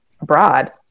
abroad